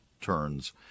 turns